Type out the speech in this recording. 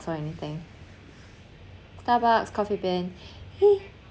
so anything starbucks coffee bean